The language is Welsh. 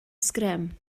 sgrym